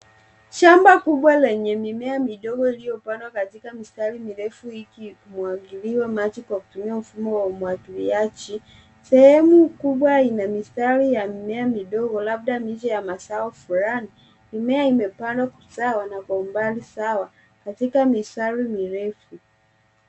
Shamba kubwa lenye mimea midogo iliyopandwa katika mistari mirefu, ikimwagiliwa maji kwa kutumia mfumo wa umwagiliaji. Sehemu kubwa ina mistari ya mimea midogo, labda miche ya mazao fulani. Mimea imepandwa kwa usawa na kwa umbali sawa katika mistari mirefu.